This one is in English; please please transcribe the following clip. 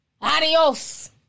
Adios